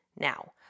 Now